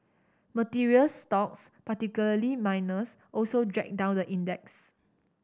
materials stocks particularly miners also dragged down the index